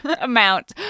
amount